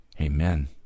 amen